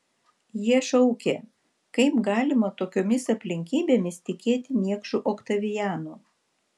jie šaukė kaip galima tokiomis aplinkybėmis tikėti niekšu oktavianu